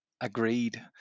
agreed